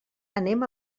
anem